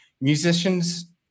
musicians